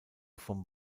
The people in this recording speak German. vom